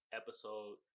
episode